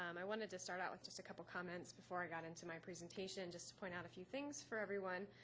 um i wanted to start out with just a couple of comments before i got into my presentation, just to point out a few things for everyone.